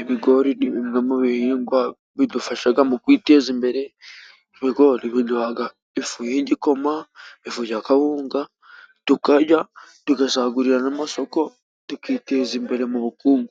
Ibigori ni bimwe mu bihingwa bidufasha mu kwiteza imbere. Ibigori biduha ifu y' igikoma, ifu ya kawunga, tukarya tugasagurira n' amasosoko, tukiteza imbere mu bukungu.